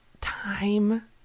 time